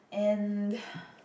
and